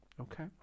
okay